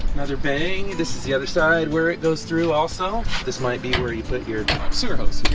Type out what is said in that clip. another bang this is the other side where it goes through also. this might be where you put here sort of